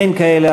אין כאלה.